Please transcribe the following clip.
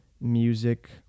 music